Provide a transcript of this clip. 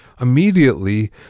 immediately